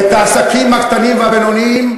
את העסקים הקטנים והבינוניים,